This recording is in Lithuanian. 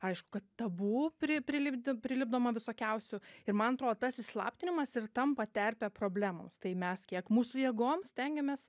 aišku kad tabu pri prilip prilipdoma visokiausių tai man atro tas įslaptinimas ir tampa terpe problemoms tai mes kiek mūsų jėgoms stengiamės